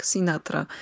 Sinatra